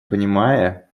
понимая